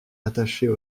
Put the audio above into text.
attachées